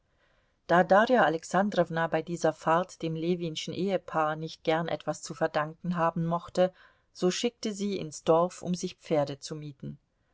da darja alexandrowna bei dieser fahrt dem ljewinschen ehepaar nicht gern etwas zu verdanken haben mochte so schickte sie ins dorf um sich pferde zu mieten